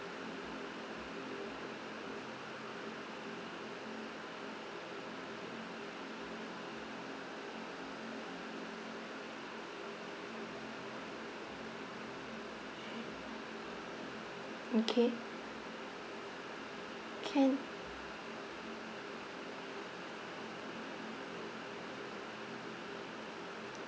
okay can